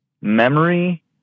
memory